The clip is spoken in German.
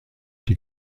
die